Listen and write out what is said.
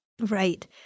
Right